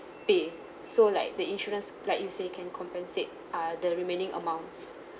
pay so like the insurance like you say can compensate uh the remaining amounts